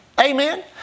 Amen